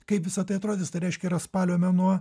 kaip visa tai atrodys tai reiškia yra spalio mėnuo